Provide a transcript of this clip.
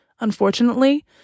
Unfortunately